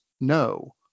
no